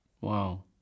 Wow